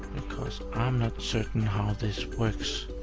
because i'm not certain how this works,